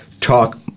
talk